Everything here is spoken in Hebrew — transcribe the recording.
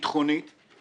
ביטחונית -- וכלכלית.